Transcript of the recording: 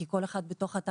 כי כל אחד בתוך התא